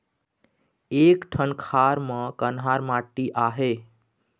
एक ठन खार म कन्हार माटी आहे?